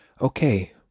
okay